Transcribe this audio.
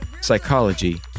psychology